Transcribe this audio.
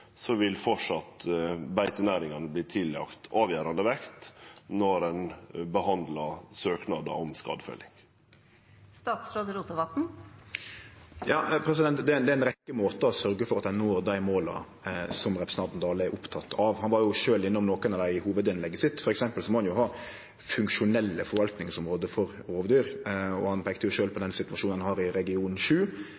vil det framleis verte lagt avgjerande vekt på beitenæringane når ein behandlar søknader om skadefelling? Det er ei rekkje måtar å sørgje for at ein når dei måla som representanten Dale er oppteken av. Han var sjølv innom nokre av dei i hovudinnlegget sitt. For eksempel må ein ha funksjonelle forvaltningsområde for rovdyr, og han peikte sjølv på den situasjonen ein har i region 7, og bad om at vi må finne ei løysing på